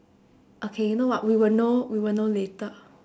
okay you know what we will know we will know later